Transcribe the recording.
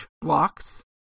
blocks